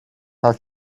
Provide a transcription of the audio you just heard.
how